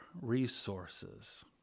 resources